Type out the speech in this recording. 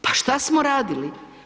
Pa šta smo radili?